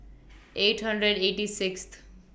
eight hundred eighty Sixth